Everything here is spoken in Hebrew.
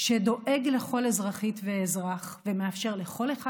שדואג לכל אזרחית ואזרח ומאפשר לכל אחד